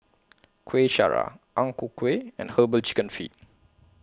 Kueh Syara Ang Ku Kueh and Herbal Chicken Feet